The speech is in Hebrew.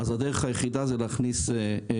במקום 2,000 ₪ הדרך היחידה היא להכניס מתחרים.